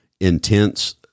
Intense